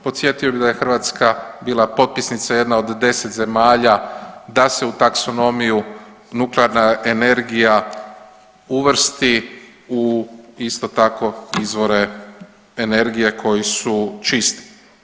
Podsjetio bih da je Hrvatska bila potpisnica jedna od 10 zemalja, da se u taksonomiju nuklearna energija uvrsti u isto tako izvore energije koji su čisti.